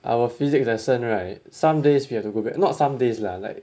our physics lesson right some days we have to go back not some days lah like